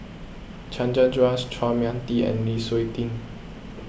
Chandra Das Chua Mia Tee and Lu Suitin